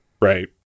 Right